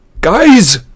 Guys